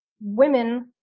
Women